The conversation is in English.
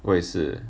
我也是